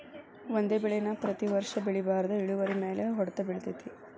ಒಂದೇ ಬೆಳೆ ನಾ ಪ್ರತಿ ವರ್ಷ ಬೆಳಿಬಾರ್ದ ಇಳುವರಿಮ್ಯಾಲ ಹೊಡ್ತ ಬಿಳತೈತಿ